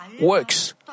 works